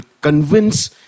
convince